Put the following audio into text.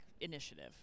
initiative